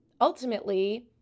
ultimately